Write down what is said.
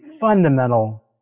fundamental